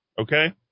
Okay